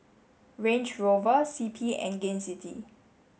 Range Rover C P and Gain City